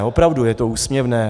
Opravdu je to úsměvné.